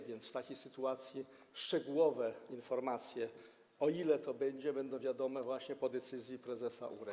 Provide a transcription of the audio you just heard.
A więc w takiej sytuacji szczegółowe informacje, o ile to będzie, będą właśnie po decyzji prezesa URE.